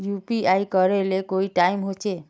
UPI करे ले कोई टाइम होचे?